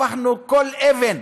הפכנו כל אבן,